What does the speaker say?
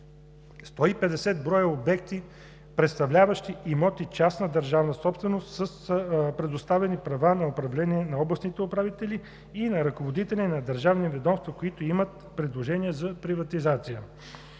150 броя обекти, представляващи имоти частна държавна собственост с предоставени права на управление на областните управители и на ръководители на държавни ведомства, които имат предложение за приватизация.